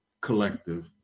collective